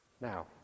Now